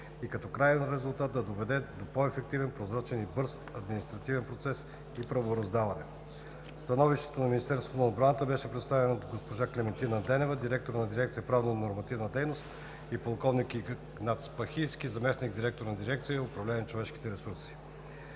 и като краен резултат да доведе до ефективен, прозрачен и бърз административен процес и правораздаване. Становището на Министерството на отбраната беше представено от госпожа Клементина Денева – директор на дирекция „Правно-нормативна дейност“, и полковник Игнат Спахийски – заместник-директор на дирекция „Управление на човешките ресурси“.